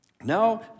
now